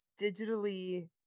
digitally